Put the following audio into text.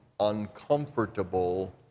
uncomfortable